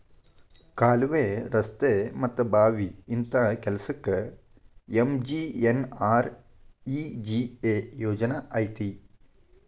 ಕಾಲ್ವೆ, ರಸ್ತೆ ಮತ್ತ ಬಾವಿ ಇಂತ ಕೆಲ್ಸಕ್ಕ ಎಂ.ಜಿ.ಎನ್.ಆರ್.ಇ.ಜಿ.ಎ ಯೋಜನಾ ಐತಿ